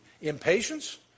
impatience